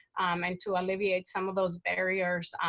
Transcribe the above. and to alleviate some of those barriers,